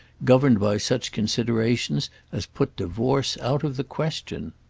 governed by such considerations as put divorce out of the question.